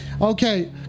Okay